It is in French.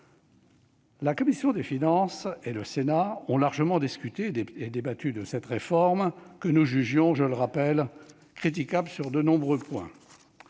La commission des finances et le Sénat ont largement discuté et débattu de cette réforme, que nous jugions, je le rappelle, critiquable sur de nombreux points.